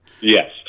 Yes